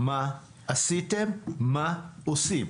מה עשיתם, מה עושים?